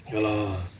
ya lah